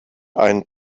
ein